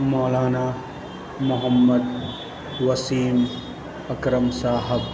Maulana Muhammad Waseem Akram Sahib